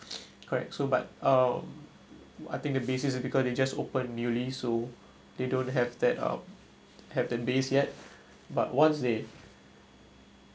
correct so but um I think the basis because they just opened newly so they don't have that um have the base yet but once they